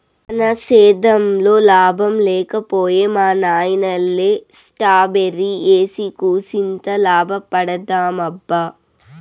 మన సేద్దెంలో లాభం లేక పోయే మా నాయనల్లె స్ట్రాబెర్రీ ఏసి కూసింత లాభపడదామబ్బా